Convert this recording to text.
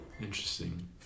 interesting